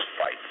fight